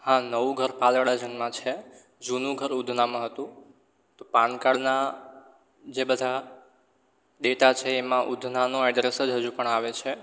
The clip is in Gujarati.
હા નવું ઘર પાલ અડાજણમાં છે જૂનું ઘર ઉધનામાં હતું તો પાનકાર્ડના જે બધા ડેટા છે એમાં ઉધનાનું એડ્રેસ જ હજુ પણ આવે છે